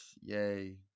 Yay